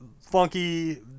funky